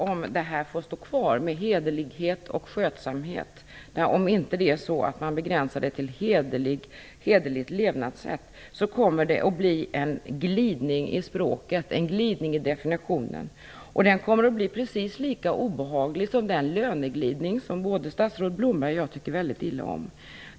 Om detta med hederlighet och skötsamhet får stå kvar, om man inte begränsar det till "hederligt levnadssätt", kommer det att bli en glidning i språket, i definitionen. Den kommer att bli precis lika obehaglig som den löneglidning som både statsrådet Blomberg och jag tycker väldigt illa om.